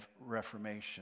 Reformation